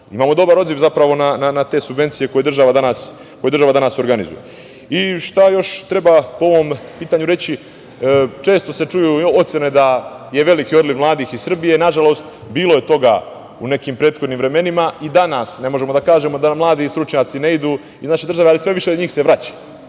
dobar odziv na te subvencije koje država danas organizuje. Šta još treba po ovom pitanju reći? Često se čuju ocene da je veliki odliv mladih iz Srbije. Nažalost, bilo je toga u nekim prethodnim vremenima i danas ne možemo da kažemo da nam mladi stručnjaci ne idu iz naše države, ali sve više njih se vraća.